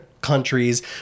countries